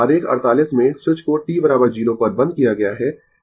आरेख 48 में स्विच को t 0 पर बंद किया गया है